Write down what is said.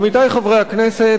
עמיתי חברי הכנסת,